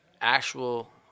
actual